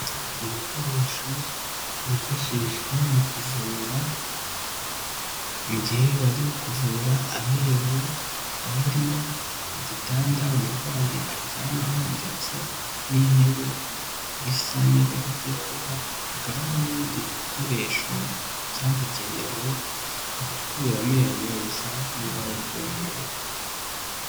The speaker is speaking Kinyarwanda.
Ibikoresho byifashishwa mu kuvura mu gihe bari kuvura amenyo akaba arimo igitanda umurwayi aryamaho ndetse n'intebe bisa n'ibara ry'iroza hakaba hari n'ibindi bikoresho byabugenewe mu gukura amenyo bisa n'ibara ry'umweru.